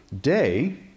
day